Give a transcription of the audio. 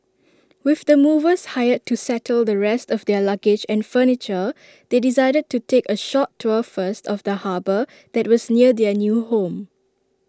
with the movers hired to settle the rest of their luggage and furniture they decided to take A short tour first of the harbour that was near their new home